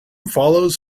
follows